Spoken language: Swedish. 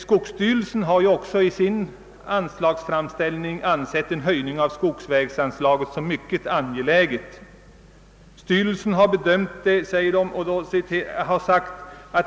Skogsstyrelsen har också i sin anslagsframställning ansett en höjning av skogsvägsanslaget mycket behövlig.